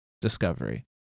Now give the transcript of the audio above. discovery